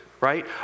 Right